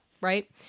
Right